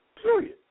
period